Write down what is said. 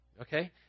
okay